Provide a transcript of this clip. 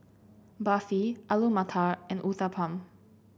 Barfi Alu Matar and Uthapam